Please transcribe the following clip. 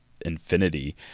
infinity